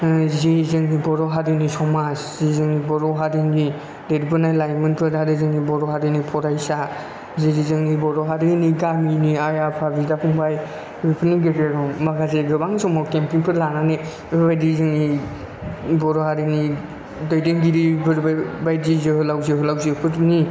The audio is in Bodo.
जि जोंनि बर' हारिनि समाज जि बर' हारिनि देरबोनाय लाइमोनफोर आरो जोंनि बर' हारिनि फरायसा जि जोंनि बर' हारिनि गामिनि आइ आफा बिदा फंबाय बेफोरनि गेजेराव माखासे गोबां समाव केमफिंफोर लानानै बेफोर बायदि जोंनि बर' हारिनि दैदेनगिरिफोर जोहोलाव जोहोलावजोफोरनि